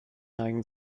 neigen